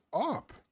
up